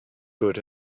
good